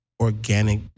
organic